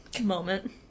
moment